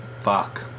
fuck